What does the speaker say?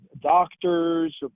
doctors